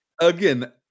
Again